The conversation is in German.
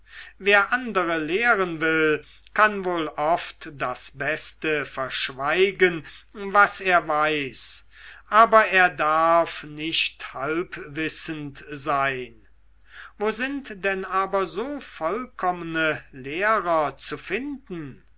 wer andere lehren will kann wohl oft das beste verschweigen was er weiß aber er darf nicht halbwissend sein wo sind denn aber so vollkommene lehrer zu finden